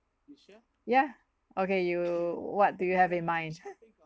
ya okay you what do you have in mind